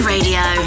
Radio